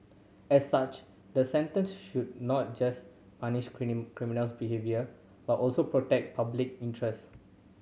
as such the sentence should not just punish criminals behaviour but also protect public interest